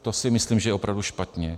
To si myslím, že je opravdu špatně.